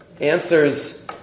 Answers